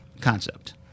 concept